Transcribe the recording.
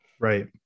Right